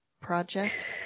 project